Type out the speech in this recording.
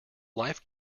life